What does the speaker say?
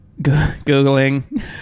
Googling